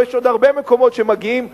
איפה שיש עוד הרבה מקומות שמגיעים לנו,